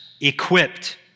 equipped